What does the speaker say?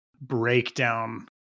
breakdown